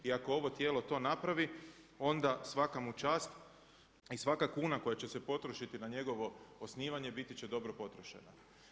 I ako ovo tijelo to napravi onda svaka mu čast i svaka kuna koja će se potrošiti na njegovo osnivanje biti će dobro potrošena.